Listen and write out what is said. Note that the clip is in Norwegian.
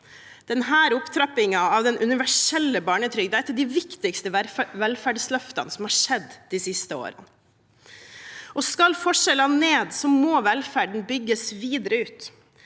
Denne opptrappingen av den universelle barnetrygden er et av de viktigste velferdsløftene som har skjedd de siste årene. Skal forskjellene ned, må velferden bygges videre ut.